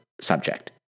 subject